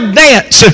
dance